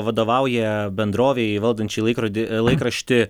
vadovauja bendrovei valdančiai laikrodį laikraštį